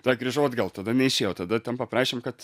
tada grįžau atgal tada neišėjo tada ten paprašėm kad